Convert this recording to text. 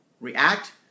react